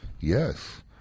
Yes